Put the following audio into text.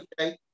okay